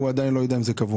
הוא עדיין לא יודע אם זה קבוע.